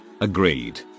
agreed